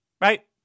right